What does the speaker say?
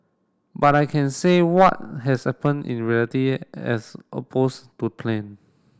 but I can say what has happen in reality as opposed to plan